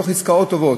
מעסקאות טובות,